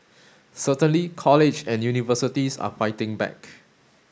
certainly college and universities are fighting back